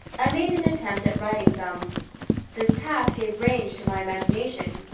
i made an attempt at writing some this task gave range to my imagination.